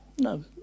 no